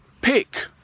pick